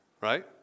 right